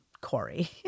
Corey